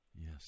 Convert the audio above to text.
Yes